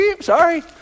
sorry